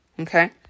Okay